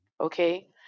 okay